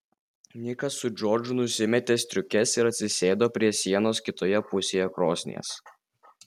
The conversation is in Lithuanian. nikas su džordžu nusimetė striukes ir atsisėdo prie sienos kitoje pusėje krosnies